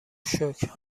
شکر